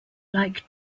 like